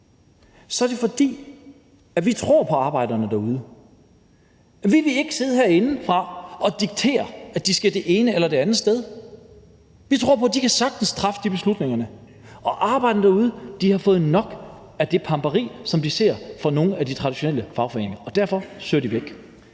Det er, fordi vi tror på arbejderne derude. Vi vil ikke sidde herinde og diktere, at de skal det ene eller det andet sted hen. Vi tror på, at de sagtens kan træffe de beslutninger. Arbejderne derude har fået nok af det pamperi, som de ser fra nogle af de traditionelle fagforeninger, og derfor søger de væk.